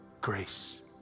Grace